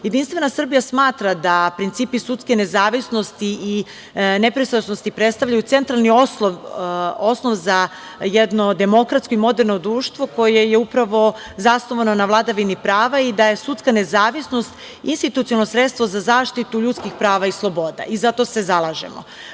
Srbija smatra da principi sudske nezavisnosti i nepristrasnosti predstavljaju centralni osnov za jedno demokratsko i moderno društvo, koje je upravo zasnovano na vladavini prava i da je sudska nezavisnost institucionalno sredstvo za zaštitu ljudskih prava i sloboda. Za to se i zalažemo.